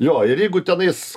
jo ir jeigu tenais